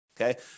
Okay